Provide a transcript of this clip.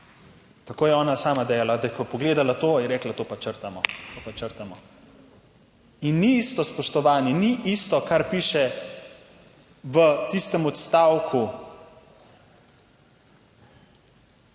Tako je ona sama dejala, da ko je pogledala to, je rekla, to pa črtamo, to pa črtamo. In ni isto, spoštovani, ni isto, kar piše v tistem odstavku